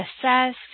assess